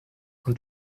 und